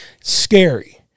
Scary